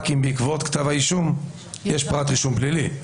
נמסר דיווח רק אם בעקבות כתב האישום יש פרט רישום פלילי.